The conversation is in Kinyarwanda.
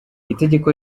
itegeko